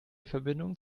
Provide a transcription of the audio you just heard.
verbindung